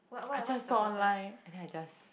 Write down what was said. I just saw line and then I just